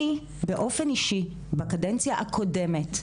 אני באופן אישי בקדנציה הקודמת,